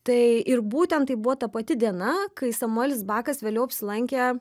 tai ir būtent tai buvo ta pati diena kai samuelis bakas vėliau apsilankė